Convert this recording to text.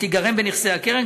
שתיגרם לנכסי הקרן,